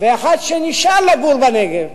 ויש אחד שנשאר לגור בנגב,